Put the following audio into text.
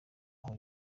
aho